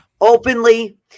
openly